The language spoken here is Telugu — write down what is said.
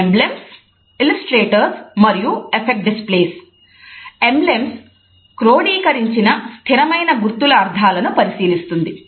ఎంబ్లెమ్స్ క్రోడీకరించిన స్థిరమైన గుర్తుల అర్ధాలను పరిశీలిస్తుంది